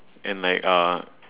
and like uh